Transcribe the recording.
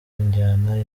injyana